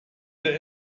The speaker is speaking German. der